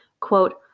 Quote